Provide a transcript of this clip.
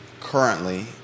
currently